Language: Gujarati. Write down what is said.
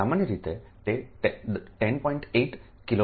સામાન્ય રીતે તે 10